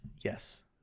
yes